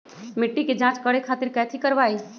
मिट्टी के जाँच करे खातिर कैथी करवाई?